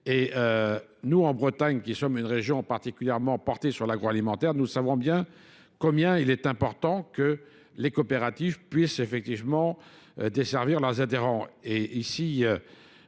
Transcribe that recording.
Et nous, en Bretagne, qui sommes une région particulièrement portée sur l'agroalimentaire, nous savons bien combien il est important que les coopératives puissent effectivement desservir leurs adhérents.